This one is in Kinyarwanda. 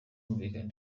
bumvikanye